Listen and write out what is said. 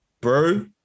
Bro